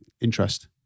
interest